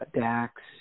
Dax